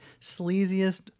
sleaziest